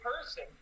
person